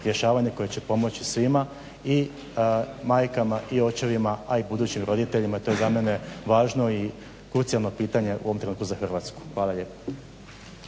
rješavanje koje će pomoći svima i majkama i očevima, a i budućim roditeljima. To je za mene važno i krucijalno pitanje u ovom trenutku za Hrvatsku. Hvala lijepa.